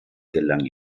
gelang